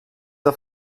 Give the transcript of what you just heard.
der